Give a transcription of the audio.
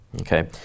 Okay